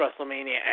WrestleMania